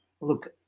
Look